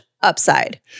upside